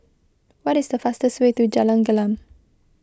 what is the fastest way to Jalan Gelam